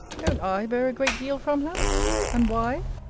don't i bear a great deal from her and why?